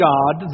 God